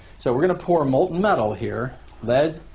so we're going to pour molten metal here lead,